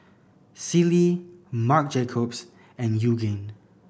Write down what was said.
Sealy Marc Jacobs and Yoogane